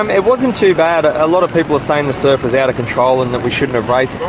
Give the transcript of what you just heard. um it wasn't too bad. a lot of people are saying the surf was out of control and that we shouldn't have raced.